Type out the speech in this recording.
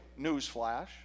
Newsflash